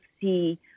see